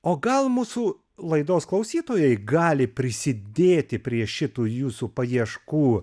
o gal mūsų laidos klausytojai gali prisidėti prie šitų jūsų paieškų